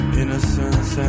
innocence